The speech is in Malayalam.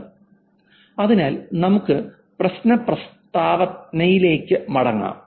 Refer Slide Time 1815 അതിനാൽ നമുക്ക് പ്രശ്ന പ്രസ്താവനയിലേക്ക് മടങ്ങാം